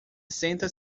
senta